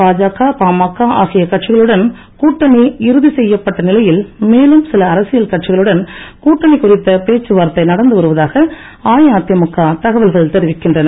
பாஜகபாமக ஆகிய கட்சிகளுடன் கூட்டணி இறுதி செய்யப்பட்ட நிலையில் மேலும் சில அரசியல் கட்சிகளுடன் கூட்டணி குறித்த பேச்சுவார்த்தை நடந்துவருவதாக அதிமுக தகவல்கள் தெரிவிக்கின்றன